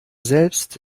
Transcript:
selbst